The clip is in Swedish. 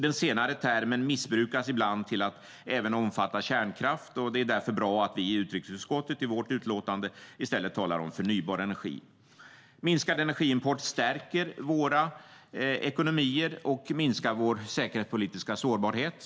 Den senare termen missbrukas ibland till att även omfatta kärnkraft, och det är därför bra att vi i utrikesutskottet i vårt utlåtande i stället talar om förnybar energi. Minskad energiimport stärker våra ekonomier och minskar vår säkerhetspolitiska sårbarhet.